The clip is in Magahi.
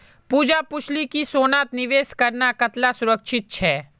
पूजा पूछले कि सोनात निवेश करना कताला सुरक्षित छे